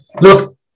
look